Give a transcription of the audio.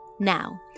Now